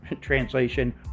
translation